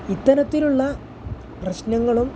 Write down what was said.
ഇത്തരത്തിലുള്ള പ്രശ്നങ്ങളും